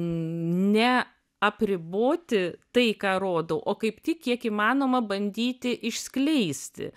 neapriboti tai ką rodau o kaip tik kiek įmanoma bandyti išskleisti